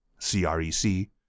CREC